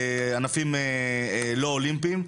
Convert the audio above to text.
וענפים לא אולימפיים.